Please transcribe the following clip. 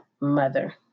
mother